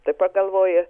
tai pagalvoji